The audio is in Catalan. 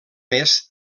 més